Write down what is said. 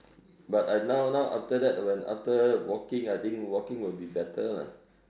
but I now now after that when after walking I think walking would be better lah